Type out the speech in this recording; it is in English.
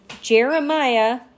Jeremiah